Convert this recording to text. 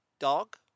dog